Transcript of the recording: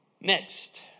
Next